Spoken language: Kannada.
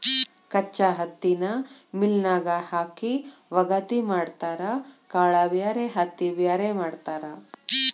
ಕಚ್ಚಾ ಹತ್ತಿನ ಮಿಲ್ ನ್ಯಾಗ ಹಾಕಿ ವಗಾತಿ ಮಾಡತಾರ ಕಾಳ ಬ್ಯಾರೆ ಹತ್ತಿ ಬ್ಯಾರೆ ಮಾಡ್ತಾರ